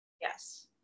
Yes